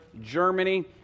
Germany